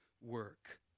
work